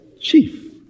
chief